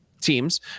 teams